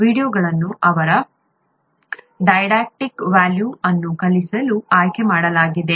ವೀಡಿಯೊಗಳನ್ನು ಅವರ didactic value ಅನ್ನು ಕಲಿಸಲು ಆಯ್ಕೆಮಾಡಲಾಗಿದೆ